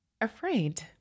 afraid